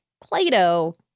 Play-Doh